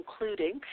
Including